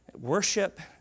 Worship